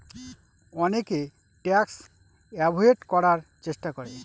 অনেকে tax avoid করার চেষ্টা করে